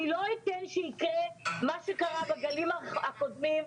אני לא אתן שיקרה מה שקרה בגלים הקודמים,